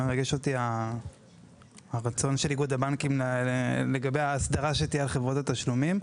מרגש אותי הרצון של איגוד הבנקים לגבי האסדרה שתהיה על חברות התשלומים.